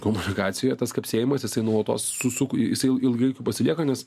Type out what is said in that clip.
komunikacijoj tas kapsėjimas jisai nuolatos su suku jisai ilgai pasilieka nes